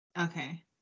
Okay